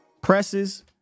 presses